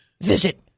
Visit